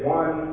one